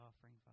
offering